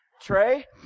Trey